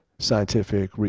scientific